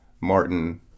martin